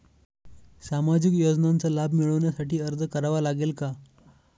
सामाजिक योजनांचा लाभ मिळविण्यासाठी अर्ज करावा लागेल का?